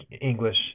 English